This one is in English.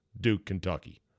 Duke-Kentucky